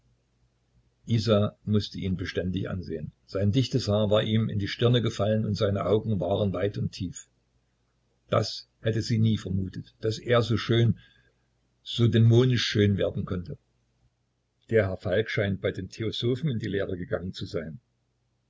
isa mußte ihn beständig ansehen sein dichtes haar war ihm in die stirne gefallen und seine augen waren weit und tief das hätte sie nie vermutet daß er so schön so dämonisch schön werden konnte der herr falk scheint bei den theosophen in die lehre gegangen zu sein